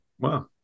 Wow